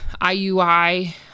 IUI